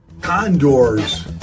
Condors